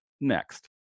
next